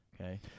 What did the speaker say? Okay